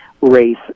race